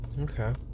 Okay